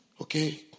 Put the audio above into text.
Okay